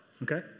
Okay